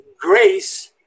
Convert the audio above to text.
grace